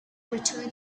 return